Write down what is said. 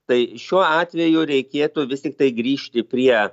tai šiuo atveju reikėtų vis tiktai grįžti prie